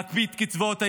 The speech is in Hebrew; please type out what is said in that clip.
להקפיא את קצבאות הילדים?